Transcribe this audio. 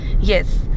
yes